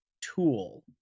tool